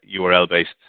URL-based